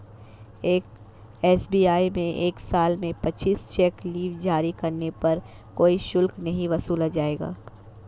SBI में एक साल में पच्चीस चेक लीव जारी करने पर कोई शुल्क नहीं वसूला जाएगा